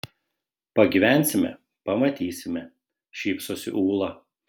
pagyvensime pamatysime šypsosi ūla